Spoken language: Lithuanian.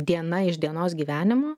diena iš dienos gyvenimo